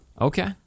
Okay